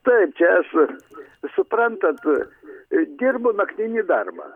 taip čia aš suprantat dirbu naktinį darbą